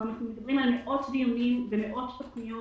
אנחנו מדברים על מאות דיונים ומאות תוכניות